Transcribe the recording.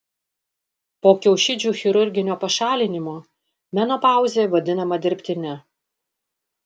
po kiaušidžių chirurginio pašalinimo menopauzė vadinama dirbtine